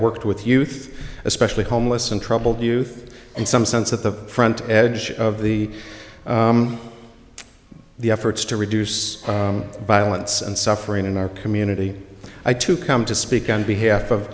worked with youth especially homeless and troubled youth and some sense at the front edge of the the efforts to reduce violence and suffering in our community i too come to speak on behalf of